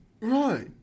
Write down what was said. Right